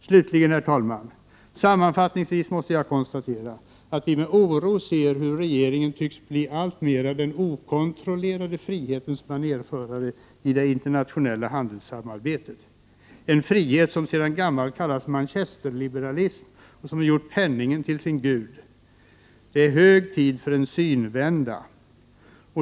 Herr talman! Jag måste sammanfattningsvis konstatera att vi miljöpartis ter med oro ser hur regeringen alltmer tycks bli den okontrollerade frihetens banérförare i det internationella handelssamarbetet. Det är en frihet, som sedan gammalt kallas Manchesterliberalism och som gjort penningen till sin Gud. Det är hög tid för en synvända.